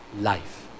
Life